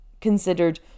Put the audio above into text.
considered